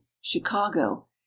Chicago